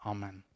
Amen